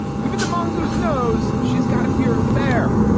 even the mongoose knows she's got to fear the bear.